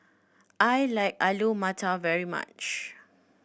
I like Alu Matar very much